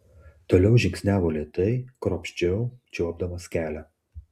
toliau žingsniavo lėtai kruopščiau čiuopdamas kelią